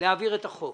להעביר את החוק,